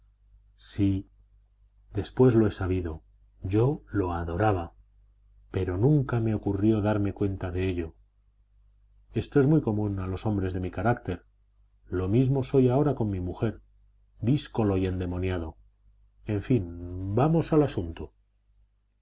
sí después lo he sabido yo lo adoraba pero nunca me ocurrió darme cuenta de ello esto es muy común en los hombres de mi carácter lo mismo soy ahora con mi mujer díscolo y endemoniado en fin vamos al asunto